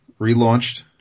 relaunched